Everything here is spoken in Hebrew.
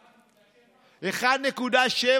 1.7,